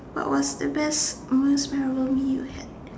what was the best most memorable meal you had